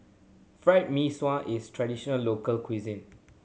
Fried Mee Sua is traditional local cuisine